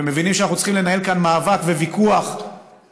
והם מבינים שאנחנו צריכים לנהל כאן מאבק וויכוח פוליטי